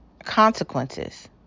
consequences